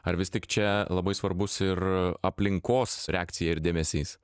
ar vis tik čia labai svarbus ir aplinkos reakcija ir dėmesys